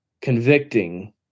convicting